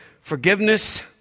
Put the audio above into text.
forgiveness